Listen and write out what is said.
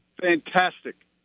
fantastic